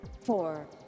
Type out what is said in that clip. four